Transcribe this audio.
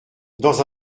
dans